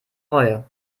reue